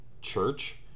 Church